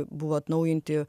buvo atnaujinti